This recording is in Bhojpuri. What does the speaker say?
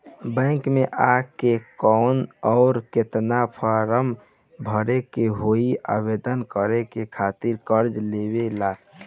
बैंक मे आ के कौन और केतना फारम भरे के होयी आवेदन करे के खातिर कर्जा लेवे ला?